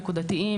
נקודתיים,